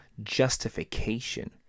justification